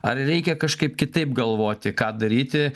ar reikia kažkaip kitaip galvoti ką daryti